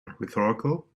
rhetorical